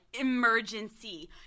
emergency